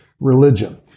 religion